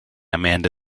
amanda